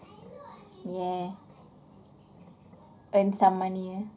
yeah earn some money eh